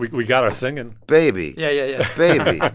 we we got our singing baby. yeah, yeah, yeah. baby.